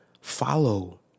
follow